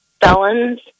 felons